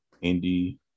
Indy